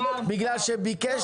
לאומית.